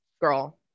Girl